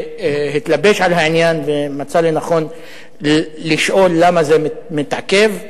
שהתלבש על העניין ומצא לנכון לשאול למה זה מתעכב,